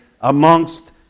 amongst